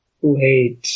Wait